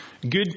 good